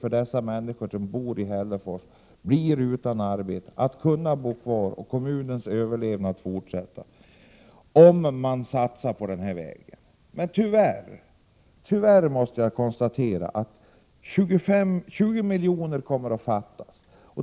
För de människor som bor i Hällefors och som riskerar att bli utan arbete och för kommunens överlevnad skulle en satsning på den här vägen innebära nya möjligheter. Tyvärr måste jag konstatera att 20 milj.kr. kommer att fattas.